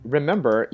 Remember